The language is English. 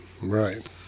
right